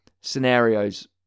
scenarios